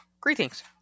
greetings